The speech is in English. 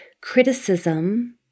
criticism